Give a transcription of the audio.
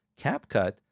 CapCut